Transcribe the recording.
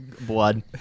blood